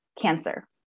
cancer